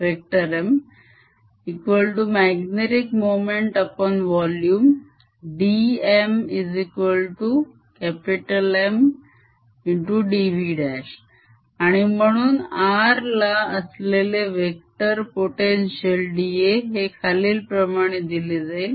Ar04πmrr3Mmagnetic momentvolume dmMrdV आणि म्हणून r ला असलेले वेक्टर potential dA हे खालील प्रमाणे दिले जाईल